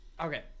Okay